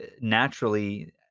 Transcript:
naturally